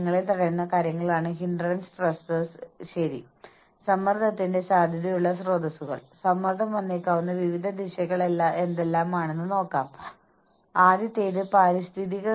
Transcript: അവർ ചെയ്യുന്ന കാര്യങ്ങളും അത് ടീമിനെ എങ്ങനെ സഹായിക്കുന്നു എന്നതും തമ്മിലുള്ള ബന്ധം ആളുകൾ കാണുന്നില്ലെങ്കിൽ അവർ ചെയ്യുന്ന ജോലി തുടരാൻ അവർ അത്ര പ്രചോദിതരല്ല